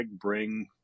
bring